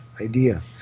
idea